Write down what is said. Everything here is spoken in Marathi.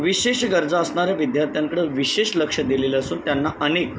विशेष गरजा असणाऱ्या विद्यार्थ्यांकडे विशेष लक्ष दिलेलं असून त्यांना अनेक